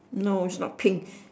no it's not pink